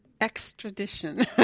Extradition